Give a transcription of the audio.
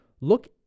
Look